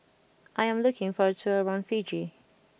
I am looking for a tour around Fiji